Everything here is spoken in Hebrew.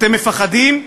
אתם מפחדים,